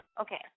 okay